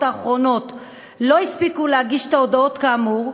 האחרונות לא הספיקו להגיש את ההודעות כאמור,